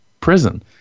prison